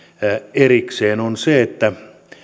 erikseen että